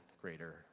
greater